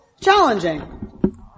challenging